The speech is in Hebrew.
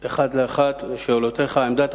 אענה על שאלותיך אחת לאחת.